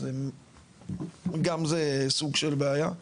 אז גם זה סוג של בעיה.